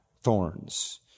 thorns